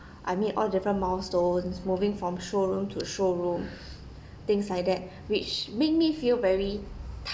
I mean all different milestones moving from showroom to showroom things like that which make me feel very